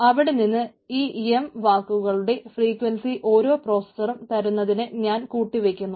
അവിടെനിന്ന് ഈ m വാക്കുകളുടെ ഫ്രീക്വൻസി ഓരോ പ്രോസസറും തരുന്നതിനെ ഞാൻ കൂട്ടിവയ്ക്കുന്നു